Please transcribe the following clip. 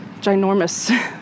ginormous